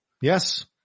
Yes